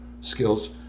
skills